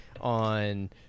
on